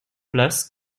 place